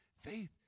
Faith